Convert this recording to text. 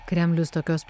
kremlius tokios